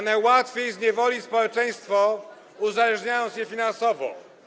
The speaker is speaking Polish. Najłatwiej zniewolić społeczeństwo, uzależniając je finansowo.